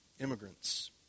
immigrants